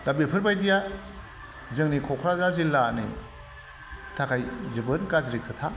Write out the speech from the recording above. दा बेफोरबायदिया जोंनि क'क्राझार जिल्लानि थाखाय जोबोद गाज्रि खोथा